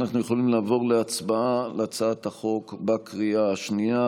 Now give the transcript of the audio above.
אנחנו יכולים לעבור להצבעה על הצעת החוק בקריאה השנייה.